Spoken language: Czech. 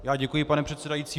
Já děkuji, pane předsedající.